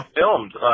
filmed